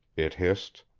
it hissed.